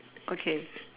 okay